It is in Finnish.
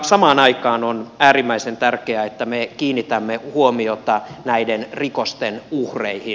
samaan aikaan on äärimmäisen tärkeää että me kiinnitämme huomiota näiden rikosten uhreihin